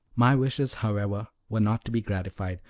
my wishes, however, were not to be gratified,